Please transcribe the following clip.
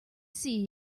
see